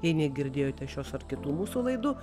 jei negirdėjote šios ar kitų mūsų laidų